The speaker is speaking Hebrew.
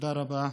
תודה רבה.